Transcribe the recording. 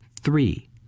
three